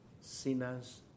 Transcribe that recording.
sinners